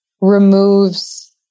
removes